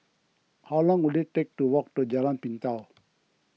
how long will it take to walk to Jalan Pintau